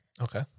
Okay